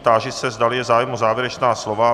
Táži se, zdali je zájem o závěrečná slova.